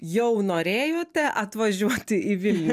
jau norėjote atvažiuoti į vilnių